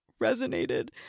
resonated